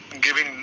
giving